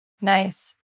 Nice